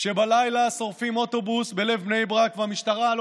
שבלילה שורפים אוטובוס בלב בני ברק והמשטרה לא